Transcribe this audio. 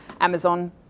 Amazon